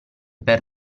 per